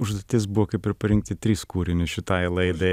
užduotis buvo kaip ir parinkti tris kūrinius šitai laidai